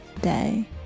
day